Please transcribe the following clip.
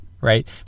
right